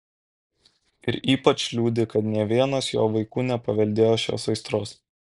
ir ypač liūdi kad nė vienas jo vaikų nepaveldėjo šios aistros